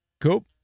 Cool